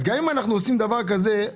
גם אם אנחנו עושים דבר כזה,